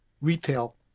retail